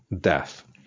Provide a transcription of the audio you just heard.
death